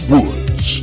Woods